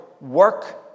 work